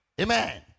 Amen